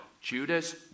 Judas